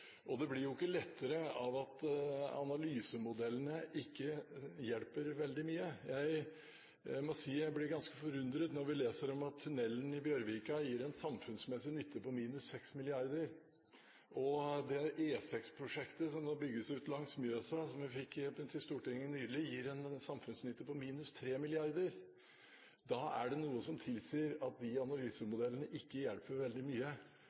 Og det blir ikke lettere av at analysemodellene ikke hjelper veldig mye. Jeg må si jeg blir ganske forundret når vi leser at tunnelen i Bjørvika gir en samfunnsmessig nytte på minus 6 mrd. kr, og at det E6-prosjektet som nå bygges ut langs Mjøsa, som vi fikk til Stortinget nylig, gir en samfunnsnytte på minus 3 mrd. kr. Da er det noe som tilsier at de analysemodellene ikke hjelper veldig mye